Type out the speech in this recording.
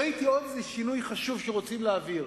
ראיתי עוד שינוי חשוב שרוצים להעביר: